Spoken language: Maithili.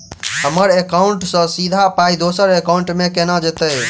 हम्मर एकाउन्ट सँ सीधा पाई दोसर एकाउंट मे केना जेतय?